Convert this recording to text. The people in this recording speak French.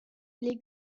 les